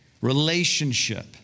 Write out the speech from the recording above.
relationship